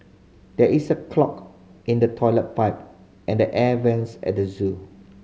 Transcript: there is a clog in the toilet pipe and the air vents at the zoo